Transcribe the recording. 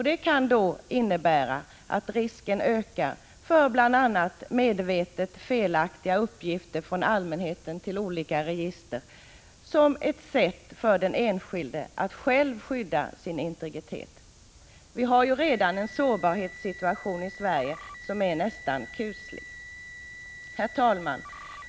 Det kan innebära att risken ökar för bl.a. medvetet felaktiga uppgifter från allmänheten till olika register, som den enskildes sätt att själv skydda sin integritet. Vi har redan en sårbarhetssituation i Sverige Prot. 1985/86:146 som är nästan kuslig. 21 maj 1986 Herr talman!